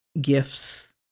gifts